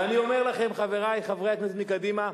ואני אומר לכם, חברי חברי הכנסת מקדימה,